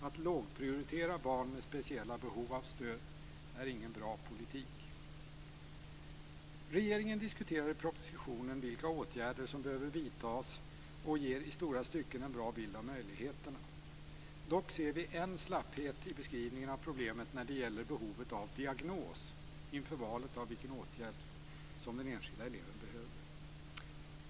Att lågprioritera barn med speciella behov av stöd är ingen bra politik. Regeringen diskuterar i propositionen vilka åtgärder som behöver vidtas och ger i stora stycken en bra bild av möjligheterna. Dock ser vi en slapphet i beskrivningen av problemet när det gäller behovet av diagnos inför val av vilken åtgärd som den enskilda eleven behöver.